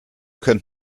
könnt